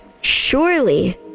surely